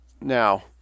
Now